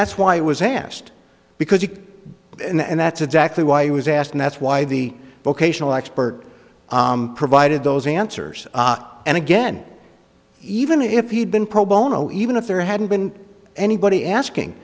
that's why i was asked because you and that's exactly why he was asked and that's why the vocational expert provided those answers and again even if he'd been pro bono even if there hadn't been anybody asking